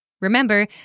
Remember